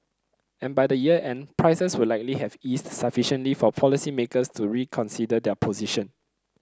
and by the year end prices would likely have eased sufficiently for policymakers to reconsider their position